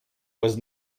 was